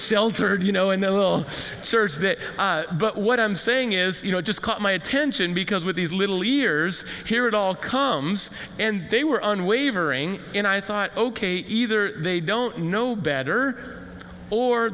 sheltered you know in the surge that but what i'm saying is you know just caught my attention because with these little ears here it all comes and they were unwavering and i thought ok either they don't know better or